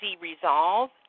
resolve